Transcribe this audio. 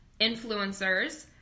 influencers